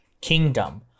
kingdom